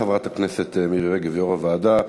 תודה, חברת הכנסת מירי רגב, יו"ר הוועדה.